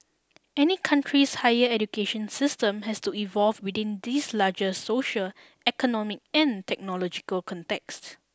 any country's higher education system has to evolve within these larger social economic and technological contexts